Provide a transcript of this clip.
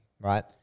right